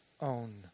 own